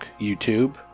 YouTube